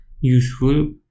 useful